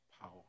power